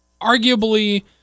arguably